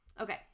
Okay